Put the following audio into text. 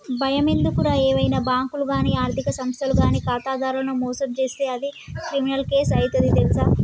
బయమెందుకురా ఏవైనా బాంకులు గానీ ఆర్థిక సంస్థలు గానీ ఖాతాదారులను మోసం జేస్తే అది క్రిమినల్ కేసు అయితది తెల్సా